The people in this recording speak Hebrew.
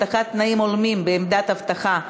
הבטחת תנאים הולמים בעמדות אבטחה),